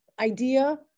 idea